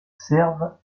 servent